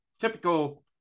typical